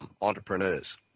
entrepreneurs